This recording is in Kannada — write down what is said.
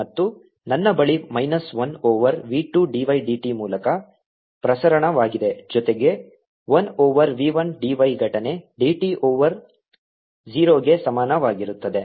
ಮತ್ತು ನನ್ನ ಬಳಿ minus 1 over v 2 dy dt ಮೂಲಕ ಪ್ರಸರಣವಾಗಿದೆ ಜೊತೆಗೆ 1 ಓವರ್ v 1 dy ಘಟನೆ dt ಓವರ್ 0 ಗೆ ಸಮಾನವಾಗಿರುತ್ತದೆ